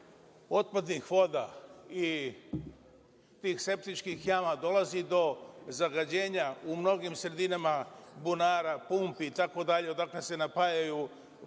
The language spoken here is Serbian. otpadnih voda i tih septičkih jama dolazi do zagađenja u mnogim sredinama, bunara, pumpi, itd, odakle se napajaju domaćinstva